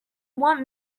want